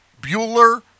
Bueller